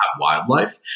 wildlife